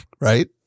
right